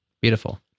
beautiful